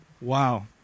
Wow